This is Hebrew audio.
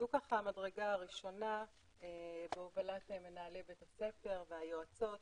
זו המדרגה הראשונה בהובלת מנהלי בתי הספר והיועצות.